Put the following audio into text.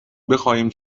بخواهیم